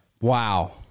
Wow